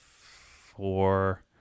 four